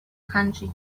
country